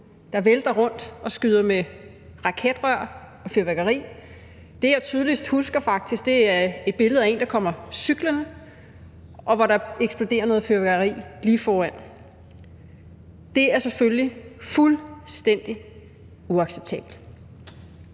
der vælter rundt og skyder med raketrør og fyrværkeri. Det, jeg faktisk tydeligst husker, er et billede af en, der kommer cyklende, og hvor der eksploderer noget fyrværkeri lige foran. Det er selvfølgelig fuldstændig uacceptabelt.